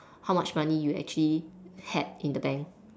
how much money you actually had in the bank